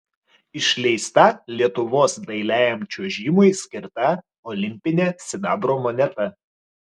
išleista lietuvos dailiajam čiuožimui skirta olimpinė sidabro moneta